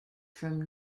from